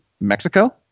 Mexico